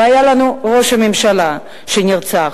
והיה לנו ראש ממשלה שנרצח,